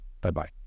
Bye-bye